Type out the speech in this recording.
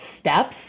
steps